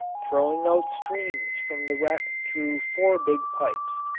throwing out streams from the wreck through four big pipes.